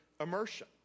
immersion